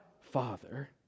Father